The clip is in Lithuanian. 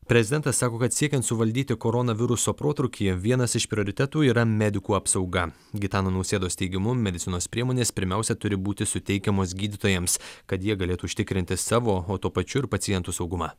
prezidentas sako kad siekiant suvaldyti koronaviruso protrūkį vienas iš prioritetų yra medikų apsauga gitano nausėdos teigimu medicinos priemonės pirmiausia turi būti suteikiamos gydytojams kad jie galėtų užtikrinti savo o tuo pačiu ir pacientų saugumą